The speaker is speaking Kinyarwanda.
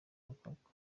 bikorwa